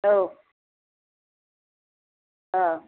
हो हो